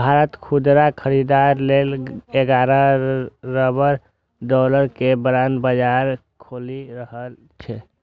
भारत खुदरा खरीदार लेल ग्यारह खरब डॉलर के बांड बाजार खोलि रहल छै